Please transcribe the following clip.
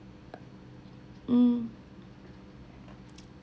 mm